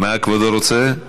מה כבודו רוצה?